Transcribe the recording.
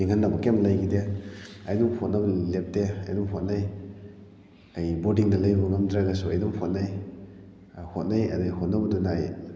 ꯅꯤꯡꯍꯟꯅꯕ ꯀꯔꯤꯝ ꯂꯩꯈꯤꯗꯦ ꯑꯩ ꯑꯗꯨꯝ ꯍꯣꯠꯅꯕꯗꯤ ꯂꯦꯞꯇꯦ ꯑꯩ ꯑꯗꯨꯝ ꯍꯣꯠꯅꯩ ꯑꯩ ꯕꯣꯔꯗꯤꯡꯗ ꯂꯩꯕ ꯉꯝꯗ꯭ꯔꯒꯁꯨ ꯑꯩ ꯑꯗꯨꯝ ꯍꯣꯠꯅꯩ ꯍꯣꯠꯅꯩ ꯑꯗꯒꯤ ꯍꯣꯠꯅꯕꯗꯨꯅ ꯑꯩ